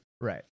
Right